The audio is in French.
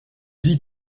dis